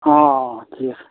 অঁ ঠিক আছে